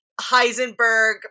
Heisenberg